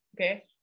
Okay